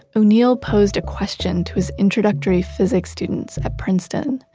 o'neill posed a question to his introductory physics students at princeton.